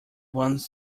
once